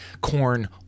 corn